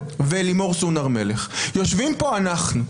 ולימור סון הר מלך יושבים פה אנחנו,